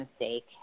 mistake